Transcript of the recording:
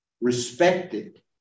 Respected